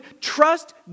trust